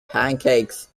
pancakes